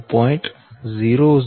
15 0